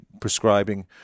prescribing